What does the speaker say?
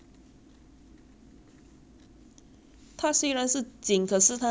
它虽然是紧可是它因为你拉拉直 mah